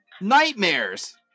Nightmares